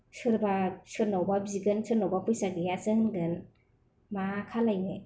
सोरबा सोरनावबा बिगोन सोरनावबा फैसा गैयासो होनगोन मा खालायनो